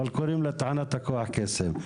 אבל קוראים לה תחנת הכוח קסם.